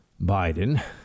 Biden